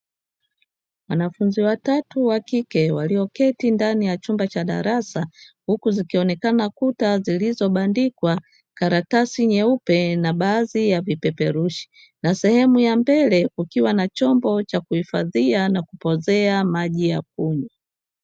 Wanafunzi watatu wa kike walioketi ndani ya chumba cha darasa, huku zikionekana kuta zilizobandikwa karatasi nyeupe na baadhi ya vipeperushi; na sehemu ya mbele kukiwa na chombo cha kuhifadhia na kupoozea maji ya kunywa.